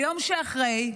ביום שאחרי,